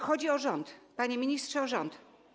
Chodzi o rząd, panie ministrze, o rząd.